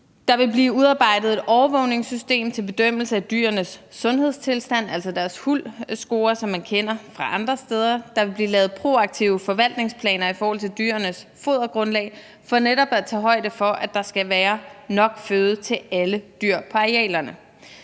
Der vil blive udarbejdet et overvågningssystem til bedømmelse af dyrenes sundhedstilstand, altså deres huldscore, som man kender andre steder fra. Der vil blive lavet proaktive forvaltningsplaner i forhold til dyrenes fodergrundlag for netop at tage højde for, at der skal være nok føde til alle dyr på arealerne.